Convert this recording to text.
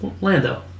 Lando